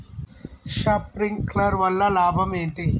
Sprinkler వల్ల లాభం ఏంటి?